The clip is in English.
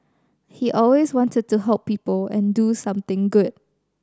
he always wanted to help people and do something good